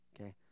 Okay